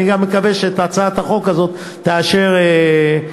אני מקווה שגם הצעת החוק הזאת תאושר במליאה.